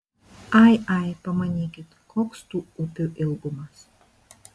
ai ai pamanykit koks tų upių ilgumas